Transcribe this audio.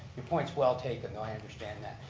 the point's well taken though, i understand that.